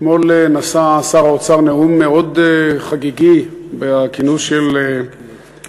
אתמול נשא שר האוצר נאום מאוד חגיגי בכינוס של המכון